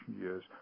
years